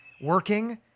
working